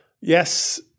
yes